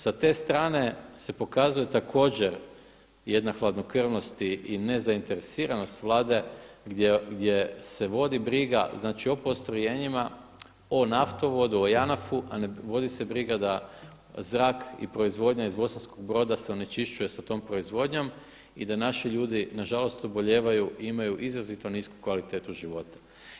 Sa te strane se pokazuje također jedna hladnokrvnost i nezainteresirano Vlade gdje se vodi briga, znači o postrojenjima o naftovodu, o JANAF-u a ne vodi se briga da zrak i proizvodnja iz Bosanskog Broda se onečišćuje sa tom proizvodnjom i da naši ljudi nažalost obolijevaju i imaju izrazito nisku kvalitetu života.